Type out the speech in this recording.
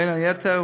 בין היתר,